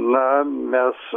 na mes